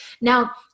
now